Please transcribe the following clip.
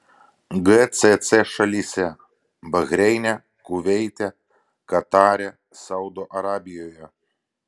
gcc šalyse bahreine kuveite katare saudo arabijoje